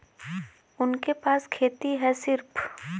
उनके पास खेती हैं सिर्फ